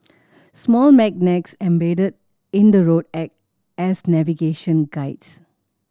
small magnets embedded in the road act as navigation guides